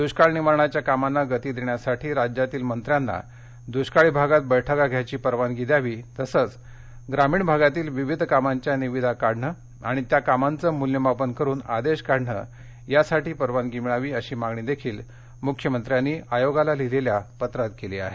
दुष्काळ निवारणाच्या कामांना गती देण्यासाठी राज्यातील मंत्र्यांना दुष्काळी भागात बैठका घ्यायची परवानगी द्यावी तसंच ग्रामीण भागातील विविध कामांच्या निविदा काढणं आणि त्या कामांचं मूल्यमापन करुन आदेश काढणं यासाठी परवानगी मिळावी अशी मागणी देखील मुख्यमंत्र्यांनी आयोगाला लिहिलेल्या पत्रात केली आहे